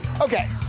Okay